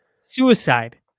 Suicide